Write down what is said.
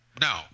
No